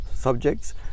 Subjects